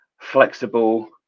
flexible